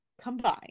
combine